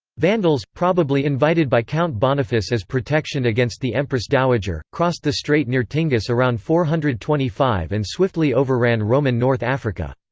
vandals, probably invited by count boniface as protection against the empress dowager, crossed the strait near tingis around four hundred and twenty five and swiftly overran roman north africa.